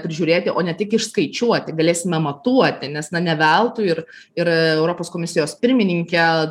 prižiūrėti o ne tik išskaičiuoti galėsime matuoti nes na ne veltui ir ir europos komisijos pirmininkė